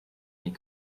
mes